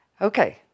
Okay